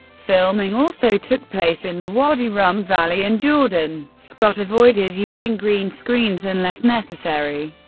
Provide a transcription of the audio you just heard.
filming also took place in the wadi rum valley in jordan. scott avoided using green screens unless necessary.